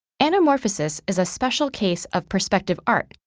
anamorphosis is a special case of perspective art,